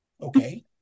Okay